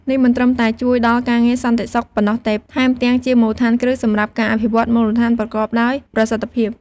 នេះមិនត្រឹមតែជួយដល់ការងារសន្តិសុខប៉ុណ្ណោះទេ ថែមទាំងជាមូលដ្ឋានគ្រឹះសម្រាប់ការអភិវឌ្ឍមូលដ្ឋានប្រកបដោយប្រសិទ្ធភាព។